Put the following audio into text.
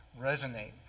resonate